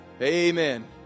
Amen